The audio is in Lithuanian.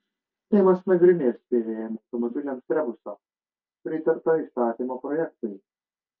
seimas nagrinės pvm automobiliams rebusą pritarta įstatymo projektui